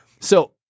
So-